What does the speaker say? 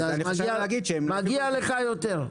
מגיע לך יותר.